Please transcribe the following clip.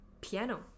piano